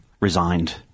resigned